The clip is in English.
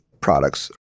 products